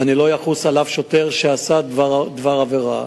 ולא אחוס על אף שוטר שעשה דבר עבירה.